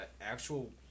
actual